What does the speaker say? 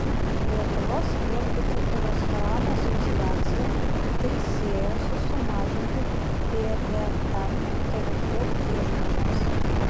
lietuvos viešbučių ir restoranų asociacija tai sieja su sumažintu pvm tarifu viešbučiams